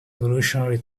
evolutionary